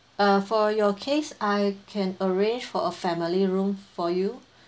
uh for your case I can arrange for a family room for you